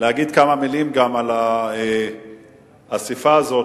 חשוב להגיד גם כמה מלים על האספה הזאת,